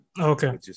okay